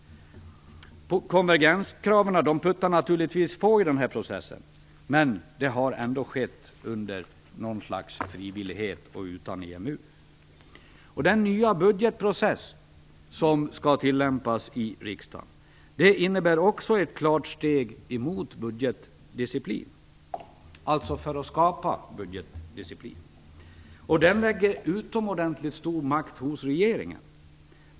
Konvergenskraven puttar naturligtvis på i denna process, men det har ändå skett under något slags frivillighet och utan EMU. Den nya budgetprocess som skall tillämpas i riksdagen innebär också ett klart steg mot att skapa budgetdisciplin. Den lägger utomordentligt stor makt hos regeringen.